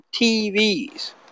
TVs